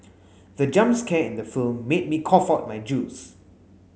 the jump scare in the film made me cough out my juice